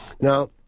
Now